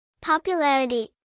Popularity